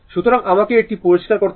সুতরাং আমাকে এটি পরিষ্কার করতে দিন